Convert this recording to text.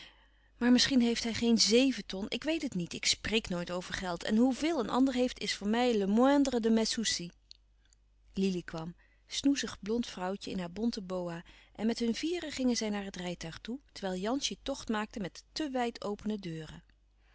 maar misschien heeft hij geen zéven ton ik weet het niet ik spreek nooit over geld en hoe veel een ander heeft is voor mij le moindre de mes soucis lili kwam snoezig blond vrouwtje in haar bonten boa en met hun vieren gingen zij naar het rijtuig toe terwijl jansje tocht maakte met de te wijd opene deuren